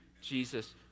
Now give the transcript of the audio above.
Jesus